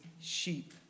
sheep